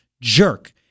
jerk